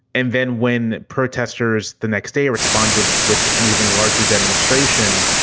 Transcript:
and then when protesters the next day responded with an even larger demonstration,